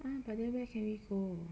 ah but then where can we go